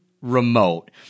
remote